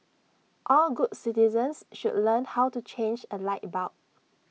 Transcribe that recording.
all good citizens should learn how to change A light bulb